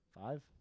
five